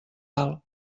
alt